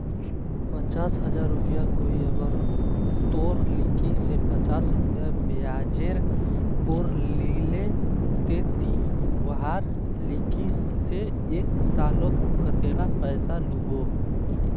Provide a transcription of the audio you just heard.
पचास हजार रुपया कोई अगर तोर लिकी से पाँच रुपया ब्याजेर पोर लीले ते ती वहार लिकी से एक सालोत कतेला पैसा लुबो?